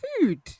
food